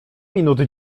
minut